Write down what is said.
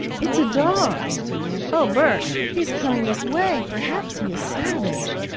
it's a dog! answered nan. oh, bert, he is coming this way. perhaps he is savage!